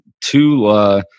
two